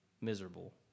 miserable